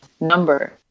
number